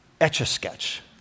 Etch-a-Sketch